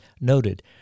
noted